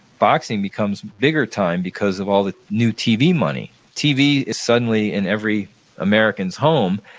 boxing becomes bigger time because of all the new tv money. tv is suddenly in every american's home,